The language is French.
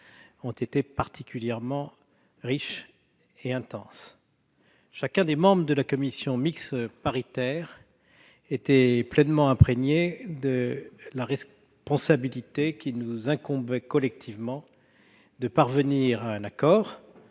ont été particulièrement riches et intenses. Chacun des membres de la commission mixte paritaire était pleinement imprégné de la responsabilité qui nous incombe collectivement : parvenir à un accord,